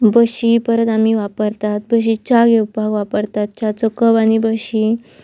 बशी परत आमी वापरतात बशी च्या घेवपाक वापरतात च्या चो कप आनी बशी